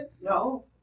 No